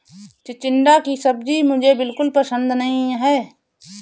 चिचिण्डा की सब्जी मुझे बिल्कुल पसंद नहीं है